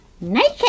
naked